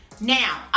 Now